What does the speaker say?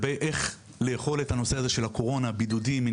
לגבי ההתמודדות עם נושא הקורונה והבידודים.